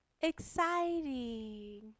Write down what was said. exciting